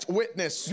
witness